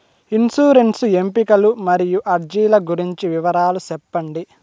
insurance ఎంపికలు మరియు అర్జీల గురించి వివరాలు సెప్పండి